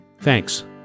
Thanks